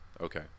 Okay